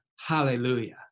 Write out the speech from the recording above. hallelujah